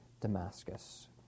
Damascus